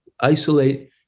isolate